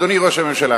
אדוני ראש הממשלה,